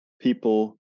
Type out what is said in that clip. people